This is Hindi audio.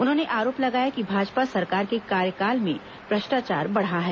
उन्होंने आरोप लगाया कि भाजपा सरकार के कार्यकाल में भ्रष्टाचार बढ़ा है